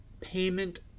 payment